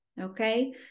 Okay